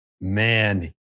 Man